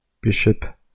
bishop